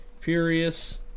furious